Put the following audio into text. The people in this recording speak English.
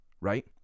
right